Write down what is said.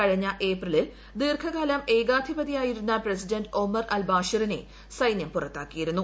കഴിഞ്ഞ ഏപ്രിലിൽ ദീർഘകാലം ഏകാധിപതി ആയിരുന്ന പ്രിജ്ജിഡ്ന്റ് ഒമർ അൽ ബാഷിറിനെ സൈന്യം പുറത്താക്കിയിരുന്നു